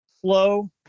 slow